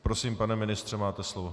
Prosím, pane ministře, máte slovo.